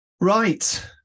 right